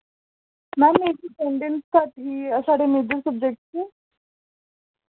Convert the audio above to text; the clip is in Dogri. मैम मेरी अटैंडैंस घट्ट ही साढ़े मेजर सब्जैक्ट च